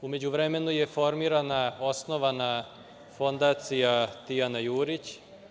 U međuvremenu je formirana, osnovana Fondacija „Tijana Jurić“